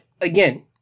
again